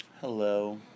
Hello